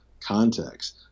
context